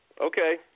Okay